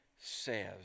says